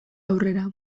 aurrera